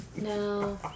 No